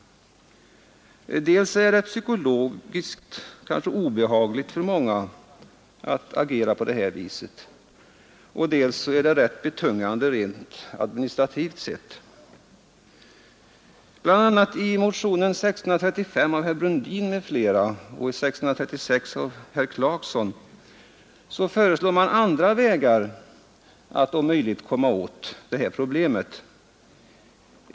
Dels är det psykologiskt kanske obehagligt för många att agera på detta vis, dels är det rätt betungande rent administrativt. Det har bl.a. i motionerna 1635 av herr Brundin m.fl. och 1636 av herr Clarkson föreslagits andra vägar att om möjligt lösa detta problem.